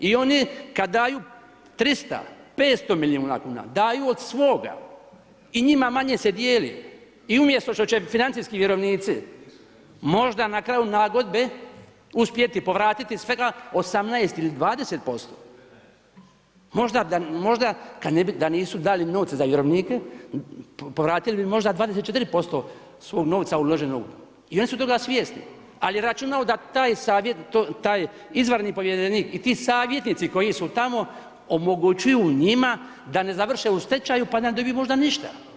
I oni kada daju 300, 500 milijuna kuna daju od svoga i njima se manje dijeli i umjesto što će financijski vjerovnici možda na kraju nagodbe uspjeti povratiti svega 18 ili 20%, možda da nisu dali novce za vjerovnike povratili bi možda 24% svog novca uloženog i oni su toga svjesni, ali računaju da taj izvanredni povjerenik i ti savjetnici koji su tamo omogućuju njima da ne završe u stečaju pa ne dobiju možda ništa.